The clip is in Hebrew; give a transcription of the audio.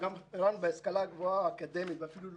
להשכלה הגבוהה האקדמית, ואפילו החלקית,